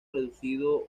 reducido